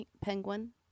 penguin